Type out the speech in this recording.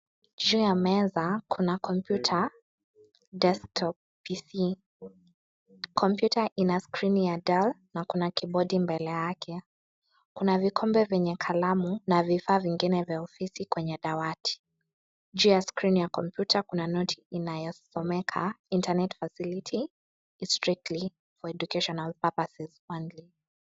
Juu ya meza, kuna kompyuta, (cs) desktop PC (cs). Kompyuta ina screen ya DELL na kuna(cs) keyboardi (cs) mbele yake. Kuna vikombe venye kalamu na vifaa vingine vya ofisi kwenye dawati. Juu ya (cs) screen (cs) ya komputa, kuna noti inayosomeka (cs) internet facility, strictly for educational purposes only (cs).